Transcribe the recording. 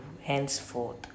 henceforth